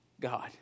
God